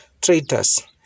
traitors